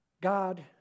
God